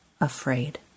afraid